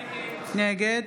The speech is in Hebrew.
נגד